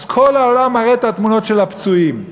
אז כל העולם מראה את התמונות של הפצועים,